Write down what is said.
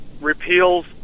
repeals